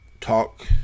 talk